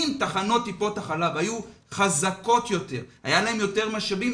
אם תחנות טיפות החלב היו חזקות יותר והיה להן יותר משאבים,